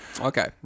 Okay